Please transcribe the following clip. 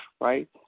right